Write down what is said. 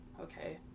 Okay